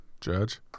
judge